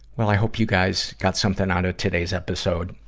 well, i hope you guys got something out of today's episode.